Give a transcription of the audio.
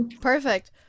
Perfect